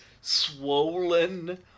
swollen